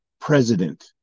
president